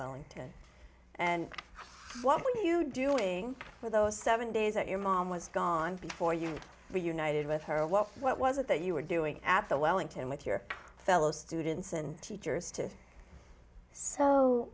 well into and what do you doing for those seven days at your mom was gone before you reunited with her well what was it that you were doing at the wellington with your fellow students and teachers to so